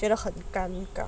觉得很尴尬